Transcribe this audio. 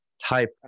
type